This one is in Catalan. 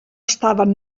estaven